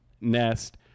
nest